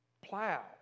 Plow